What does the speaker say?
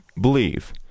believe